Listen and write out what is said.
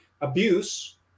abuse